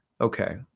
Okay